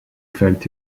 felt